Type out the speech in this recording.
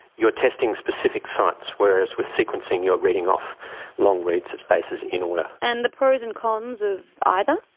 you're testing specific sites, whereas with sequencing you are reading off long reads of bases in order. and the pros and cons of either?